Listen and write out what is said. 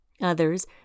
Others